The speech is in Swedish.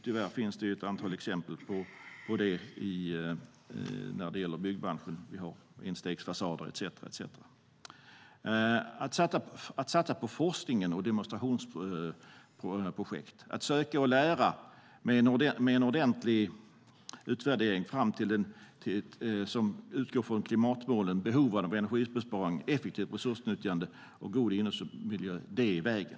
Tyvärr finns ett antal exempel på det i byggbranschen, enstegsfasader etcetera. Att satsa på forskning och demonstrationsprojekt, att söka och lära med en ordentlig utvärdering som utgår från klimatmålen, behov av energibesparing, effektivt resursnyttjande och god innemiljö är vägen.